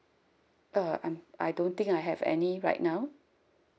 uh I'm I don't think I have any right now